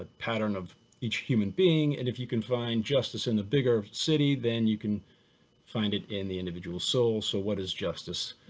ah pattern of each human being. and if you can find justice in a bigger city, then you can find it in the individual soul. so what is justice?